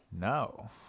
no